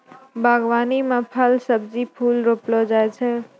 बागवानी मे फल, सब्जी, फूल रौपलो जाय छै